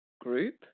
group